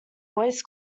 voice